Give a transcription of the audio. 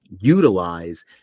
utilize